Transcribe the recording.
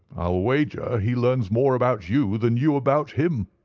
i'll wager he learns more about you than you about him.